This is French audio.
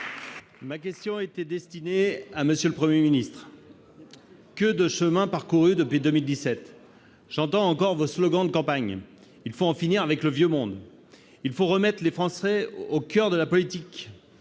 Ma question était destinée à M. le Premier ministre. Que de chemin parcouru depuis 2017 ! J'entends encore vos slogans de campagne :« Il faut en finir avec le " vieux monde "»;« il faut remettre les Français au coeur de la vie politique